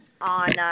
on